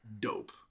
dope